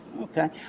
Okay